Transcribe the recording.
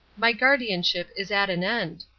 my guardianship is at an end.